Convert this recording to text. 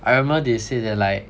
I remember they say that like